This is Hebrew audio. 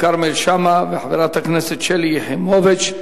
כרמל שאמה וחברת הכנסת שלי יחימוביץ.